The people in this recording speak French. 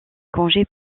congés